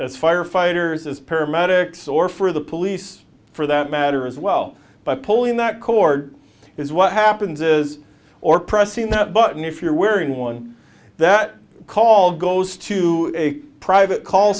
as firefighters as paramedics or for the police for that matter as well by pulling that cord is what happens is or pressing that button if you're wearing one that call goes to a private call